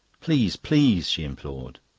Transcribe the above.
please, please! she implored.